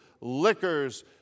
liquors